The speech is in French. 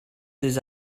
des